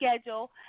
schedule